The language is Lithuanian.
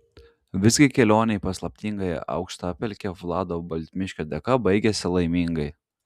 visgi kelionė į paslaptingąją aukštapelkę vlado baltmiškio dėka baigėsi laimingai